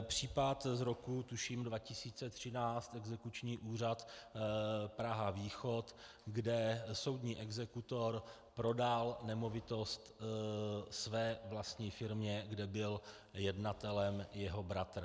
Případ z roku, tuším, 2013, Exekuční úřad Prahavýchod, kde soudní exekutor prodal nemovitost své vlastní firmě, kde byl jednatelem jeho bratr.